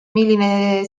milline